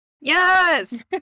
Yes